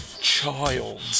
child